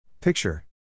Picture